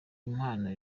impano